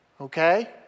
Okay